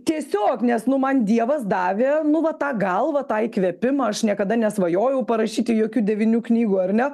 tiesiog nes nu man dievas davė nu va tą galvą tą įkvėpimą aš niekada nesvajojau parašyti jokių devynių knygų ar ne